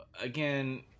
again